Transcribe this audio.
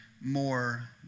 more